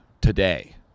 today